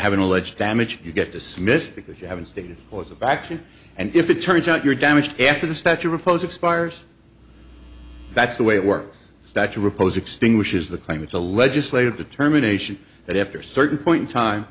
an alleged damage you get dismissed because you haven't stated cause of action and if it turns out you're damaged after the statue repos expires that's the way it works statue repos extinguishes the claim it's a legislative determination that after certain point in time